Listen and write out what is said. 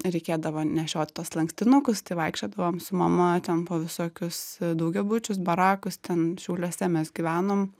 reikėdavo nešiot tuos lankstinukus tai vaikščiodavom su mama ten po visokius daugiabučius barakus ten šiauliuose mes gyvenom